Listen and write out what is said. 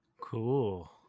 Cool